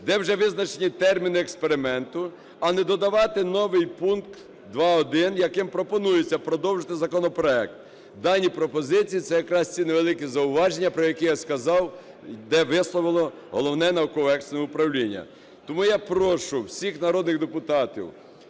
де вже визначені термін експерименту, а не додавати новий пункт 2.1, яким пропонується продовжити законопроект. Дані пропозиції – це якраз ці невеликі зауваження, про які я сказав, де висловило Головне науково-експертне управління. Тому я прошу всіх народних депутатів